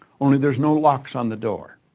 only there's no locks on the door.